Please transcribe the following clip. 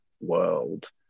world